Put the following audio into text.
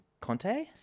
Conte